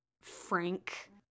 frank